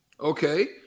Okay